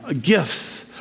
gifts